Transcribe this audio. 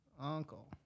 Uncle